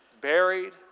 buried